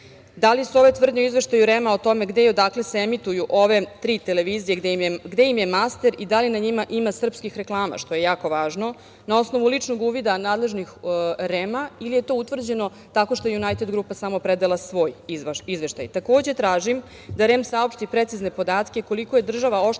li su ove tvrdnje u izveštaju REM-a o tome gde i odakle se emituju ove tri televizije, gde im je master i da li na njima ima srpskih reklama, što je jako važno, na osnovu ličnog uvida nadležnih REM-a ili je to utvrđeno tako što „Junajted grupa“ samo predala svoj izveštaj? Takođe tražim da REM saopšti precizne podatke koliko je država oštećena